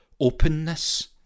openness